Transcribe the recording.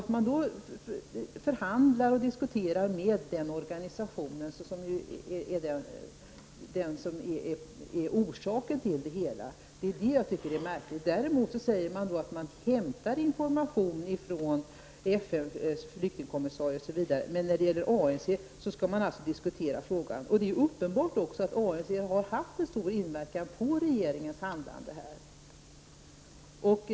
Att man förhandlar och diskuterar med den organisation som är orsaken till det hela, tycker jag är märkligt. Däremot säger man att man hämtar information från FNs flyktingkommissarie osv. Men när det gäller ANC skall man således diskutera frågan. Det är uppenbart att ANC också har haft stor inverkan på regeringens handlande här.